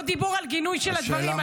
לא ודיבר על גינוי של הדברים.